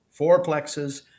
fourplexes